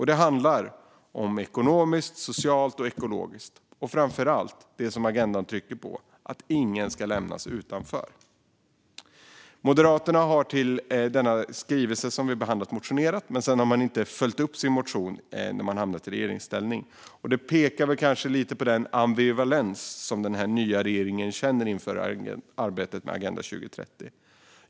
Det handlar om ekonomiska, sociala och ekologiska mål och framför allt om det som agendan betonar: att ingen ska lämnas utanför. Moderaterna har motionerat med anledning av den skrivelse som vi behandlar, men man har inte följt upp sin motion när man har hamnat i regeringsställning. Det visar kanske lite på den ambivalens som den nya regeringen känner inför arbetet med Agenda 2030.